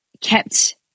kept